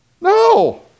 No